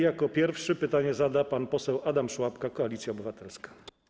Jako pierwszy pytanie zada pan poseł Adam Szłapka, Koalicja Obywatelska.